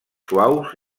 suaus